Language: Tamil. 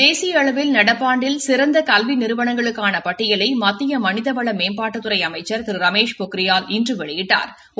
தேசிய அளவில் நடப்பு ஆண்டில் சிறந்த கல்வி நிறுவனங்களுக்கான பட்டியலை மத்திய மனிதவள மேம்பாட்டுத்துறை அமைச்சா் திரு ரமேஷ் பொக்ரியால் இன்று வெளியிட்டாா்